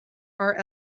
are